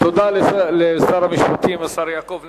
תודה לשר המשפטים, השר יעקב נאמן.